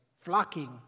flocking